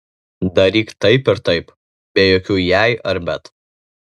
daryk taip ir taip be jokių jei ar bet